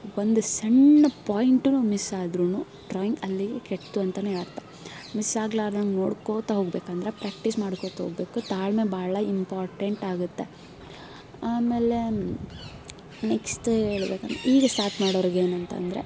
ಒಂದು ಸಣ್ಣ ಪೋಯಿಂಟ್ನೂ ಮಿಸ್ ಆದರೂನು ಡ್ರಾಯಿಂಗ್ ಅಲ್ಲಿಗೆ ಕೆಡ್ತು ಅಂತಲೇ ಅರ್ಥ ಮಿಸ್ ಆಗ್ಲಾರ್ದಂತೆ ನೋಡ್ಕೊಳ್ತಾ ಹೋಗ್ಬೇಕಂದ್ರೆ ಪ್ರ್ಯಾಕ್ಟೀಸ್ ಮಾಡ್ಕೊಳ್ತಾ ಹೋಗಬೇಕು ತಾಳ್ಮೆ ಭಾಳ ಇಂಪೋರ್ಟೆಂಟ್ ಆಗುತ್ತೆ ಆಮೇಲೆ ನೆಕ್ಸ್ಟ್ ಹೇಳ್ಬೇಕೆನ್ನು ಈಗ ಸ್ಟಾರ್ಟ್ ಮಾಡೋರ್ಗೆ ಏನಂತ ಅಂದ್ರೆ